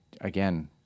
again